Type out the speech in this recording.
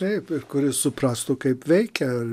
taip ir kuris suprastų kaip veikia